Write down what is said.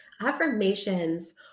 Affirmations